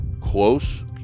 close